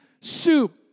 soup